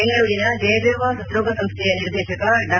ಬೆಂಗಳೂರಿನ ಜಯದೇವ ಹೃದ್ರೋಗ ಸಂಸ್ಥೆಯ ನಿರ್ದೇಶಕ ಡಾ